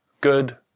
good